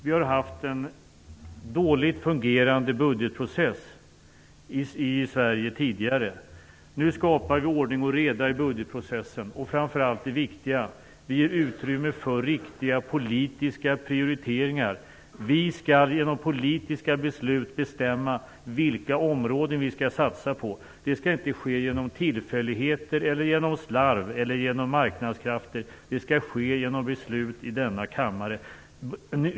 Vi har haft en dåligt fungerande budgetprocess i Sverige tidigare. Nu skapar vi ordning och reda i budgetprocessen, och vi ger framför allt - det är det viktiga - utrymme för riktiga politiska prioriteringar. Vi skall genom politiska beslut bestämma vilka områden vi skall satsa på. Det skall inte ske genom tillfälligheter, slarv eller marknadskrafter utan genom beslut i denna kammare.